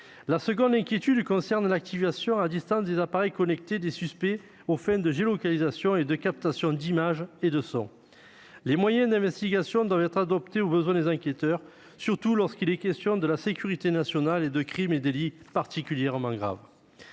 qui nous inquiète, c'est l'activation à distance des appareils connectés des suspects aux fins de géolocalisation et de captation d'images et de sons. Les moyens d'investigation doivent être adaptés aux besoins des enquêteurs, surtout lorsqu'il est question de la sécurité nationale et de crimes et délits particulièrement graves.